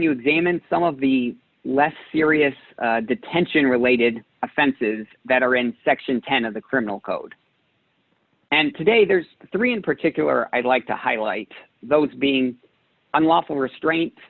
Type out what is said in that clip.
examine some of the less serious detention related offenses that are in section ten of the criminal code and today there's three in particular i'd like to highlight those being unlawful restraint